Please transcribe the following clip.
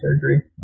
surgery